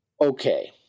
Okay